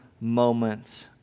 moments